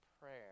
prayer